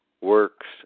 works